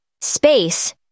Space